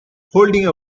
holding